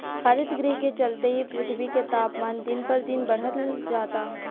हरितगृह के चलते ही पृथ्वी के तापमान दिन पर दिन बढ़ल जाता